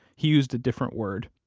he used a different word.